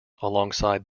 alongside